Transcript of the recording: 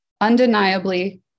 undeniably